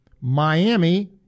Miami